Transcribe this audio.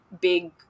big